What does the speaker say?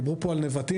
דיברו כאן על נבטים,